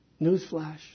newsflash